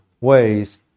ways